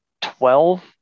twelve